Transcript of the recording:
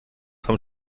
vom